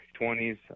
20s